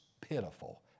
pitiful